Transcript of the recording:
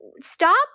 stop